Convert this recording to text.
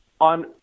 on